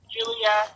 Julia